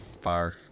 fire